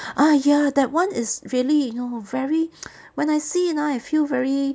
ah ya that [one] is really you know very when I see you know I feel very